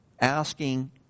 asking